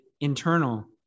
internal